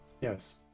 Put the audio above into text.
yes